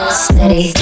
steady